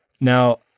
Now